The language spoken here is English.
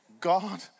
God